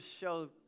show